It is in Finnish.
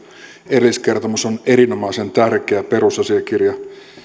erilliskertomus on erinomaisen tärkeä perusasiakirja